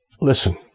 Listen